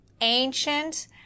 ancient